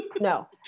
No